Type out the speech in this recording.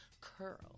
curl